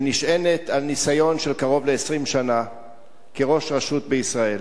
שנשענת על ניסיון של קרוב ל-20 שנה כראש רשות בישראל,